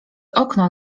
okno